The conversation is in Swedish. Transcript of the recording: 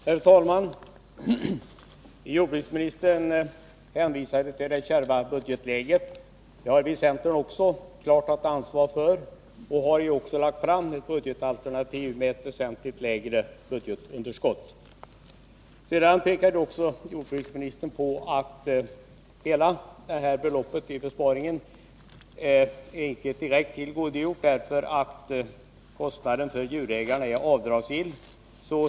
Herr talman! Jordbruksministern hänvisade till det kärva budgetläget. Även vi i centern har naturligtvis detta helt klart för oss och har också lagt fram ett budgetalternativ, som skulle innebära ett väsentligt lägre budgetunderskott. Jordbruksministern pekade också på att man inte kan räkna med hela besparingsbeloppet, eftersom djurägarnas kostnader är avdragsgilla.